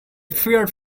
feared